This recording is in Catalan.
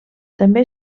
també